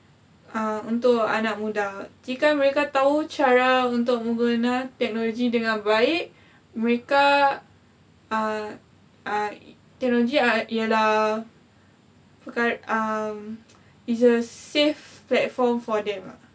ah untuk anak-anak muda jika mereka tahu cara untuk mengguna technology dengan baik mereka uh uh techonology ialah perkara um it's a safe platform for them